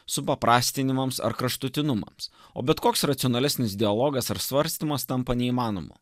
supaprastinimams ar kraštutinumams o bet koks racionalesnis dialogas ar svarstymas tampa neįmanomu